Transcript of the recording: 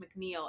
mcneil